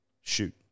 Shoot